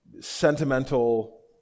sentimental